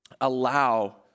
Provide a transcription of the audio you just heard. allow